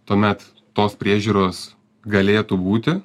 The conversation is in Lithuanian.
tuomet tos priežiūros galėtų būti